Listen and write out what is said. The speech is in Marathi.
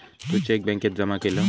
तू चेक बॅन्केत जमा केलं?